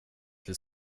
till